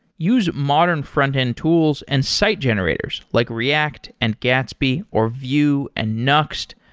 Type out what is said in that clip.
use modern frontend tools and site generators, like react, and gatsby, or vue, and nuxt.